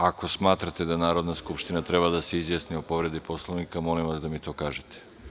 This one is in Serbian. Ako smatrate da Narodna skupština treba da se izjasni o povredi Poslovnika, molim vas da mi to kažete.